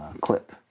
clip